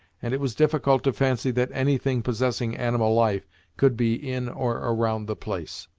and it was difficult to fancy that any thing possessing animal life could be in or around the place.